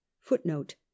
Footnote